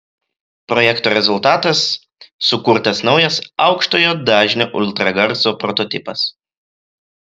projekto rezultatas sukurtas naujas aukštojo dažnio ultragarso prototipas